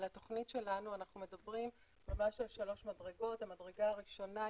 בתוכנית שלנו יש שלוש מדרגות: הראשונה,